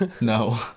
no